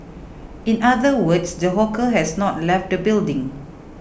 in other words the hawker has not left the building